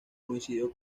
coincidió